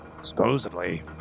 supposedly